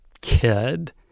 kid